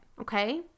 okay